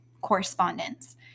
correspondence